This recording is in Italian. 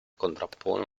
contrappone